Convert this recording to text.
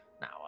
Now